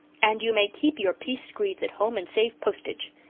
and you may keep your peace screeds at home and save postage.